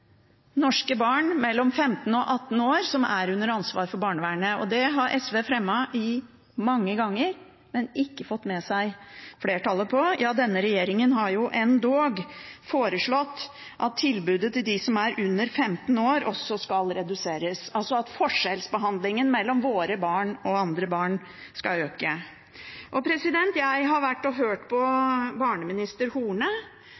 norske barn mellom 15 og 18 år som er under ansvaret til barnevernet. Det har SV fremmet mange ganger, men ikke fått med seg flertallet på. Denne regjeringen har endog foreslått at tilbudet til dem som er under 15 år, også skal reduseres – altså at forskjellsbehandlingen mellom våre barn og andre barn skal øke. Jeg var og hørte på barneminister Horne da Fafo la fram sin rapport om menneskehandel og